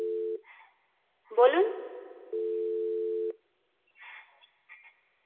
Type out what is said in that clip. বলুন